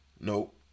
nope